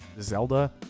Zelda